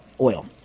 oil